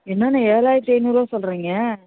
என்னாண்ணே ஏழாயிரத்தி ஐநூறுபா சொல்கிறிங்க